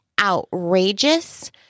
outrageous